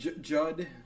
Judd